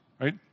right